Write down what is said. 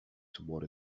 toward